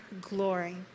glory